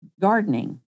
gardening